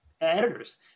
editors